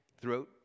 throughout